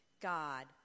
God